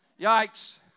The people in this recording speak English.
yikes